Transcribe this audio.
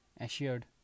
Assured